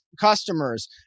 customers